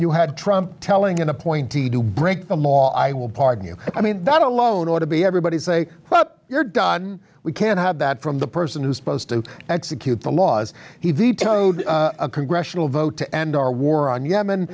you had trump telling an appointee to break the law i will pardon you i mean that alone ought to be everybody say well you're done we can't have that from the person who's supposed to execute the laws he vetoed a congressional vote to end our war on yemen